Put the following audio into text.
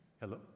hello